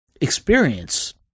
experience